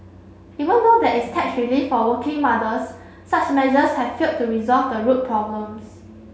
even though there is tax relief for working mothers such measures have failed to resolve the root problems